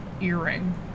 earring